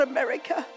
America